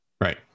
Right